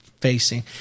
facing